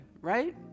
Right